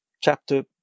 chapter